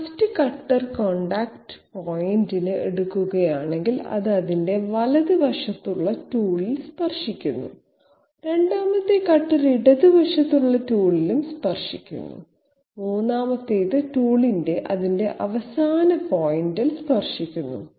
നമ്മൾ 1st cutter contact point എടുക്കുകയാണെങ്കിൽ അത് അതിന്റെ വലത് വശത്തുള്ള ടൂളിൽ സ്പർശിക്കുന്നു രണ്ടാമത്തെ കട്ടർ ഇടതുവശത്തുള്ള ടൂളിൽ സ്പർശിക്കുന്നു മൂന്നാമത്തേത് ടൂളിനെ അതിന്റെ അവസാന പോയിന്റിൽ സ്പർശിക്കുന്നു